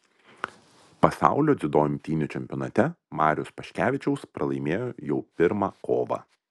pasaulio dziudo imtynių čempionate marius paškevičiaus pralaimėjo jau pirmą kovą